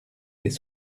les